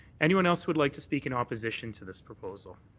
anyone else would like to speak in opposition to this proposal?